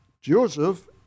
Joseph